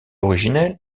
originel